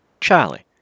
Charlie